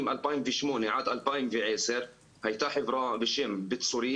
2008 עד 2010. הייתה חברה בשם "ביצורית".